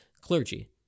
clergy